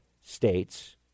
states